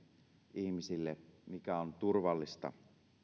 ihmisille mikä on turvallista